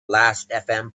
lastfm